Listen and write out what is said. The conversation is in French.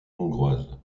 hongroise